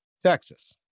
Texas